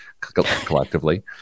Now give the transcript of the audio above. collectively